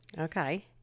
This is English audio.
Okay